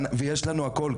ויש לנו הכל,